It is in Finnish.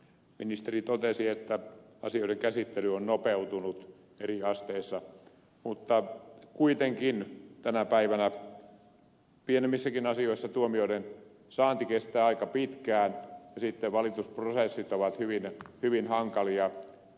ministeri totesi että asioiden käsittely on nopeutunut eri asteissa mutta kuitenkin tänä päivänä pienemmissäkin asioissa tuomioiden saanti kestää aika pitkään ja sitten valitusprosessit ovat hyvin hankalia